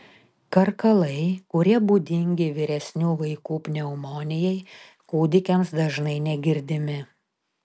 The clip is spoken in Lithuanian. karkalai kurie būdingi vyresnių vaikų pneumonijai kūdikiams dažnai negirdimi